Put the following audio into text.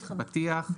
מההתחלה.